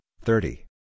thirty